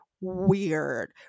weird